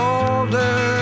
older